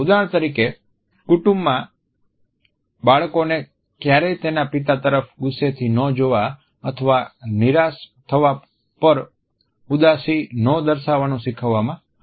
ઉદાહરણ તરીકે કુટુંબમાં બાળકોને ક્યારેય તેના પિતા તરફ ગુસ્સે થી ન જોવા અથવા નિરાશ થવા પર ઉદાસી ન દર્શાવવાનું શીખવવામાં આવે છે